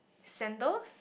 sandals